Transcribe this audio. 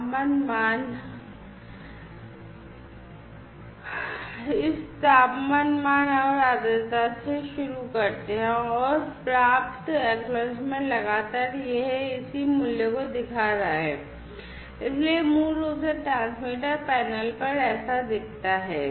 तापमान मान हम इस तापमान मान और आर्द्रता से शुरू करते हैं acknowledgment received लगातार यह इसी मूल्यों को दिखा रहा है इसलिए यह मूल रूप से ट्रांसमीटर पैनल पर ऐसा दिखता है